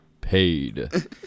Paid